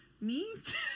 Meat